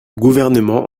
gouvernement